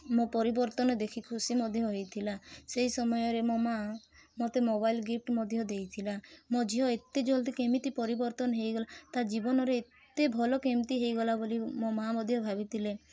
ମୋ ପରିବର୍ତ୍ତନ ଦେଖି ଖୁସି ମଧ୍ୟ ହୋଇଥିଲା ସେଇ ସମୟରେ ମୋ ମାଆ ମୋତେ ମୋବାଇଲ୍ ଗିଫ୍ଟ ମଧ୍ୟ ଦେଇଥିଲା ମୋ ଝିଅ ଏତେ ଜଲଦି କେମିତି ପରିବର୍ତ୍ତନ ହେଇଗଲା ତା ଜୀବନରେ ଏତେ ଭଲ କେମିତି ହେଇଗଲା ବୋଲି ମୋ ମାଆ ମଧ୍ୟ ଭାବିଥିଲେ